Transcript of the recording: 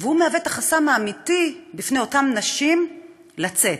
והוא החסם האמיתי בפני אותן נשים לצאת.